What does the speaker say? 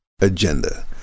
agenda